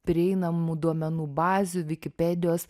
prieinamų duomenų bazių vikipedijos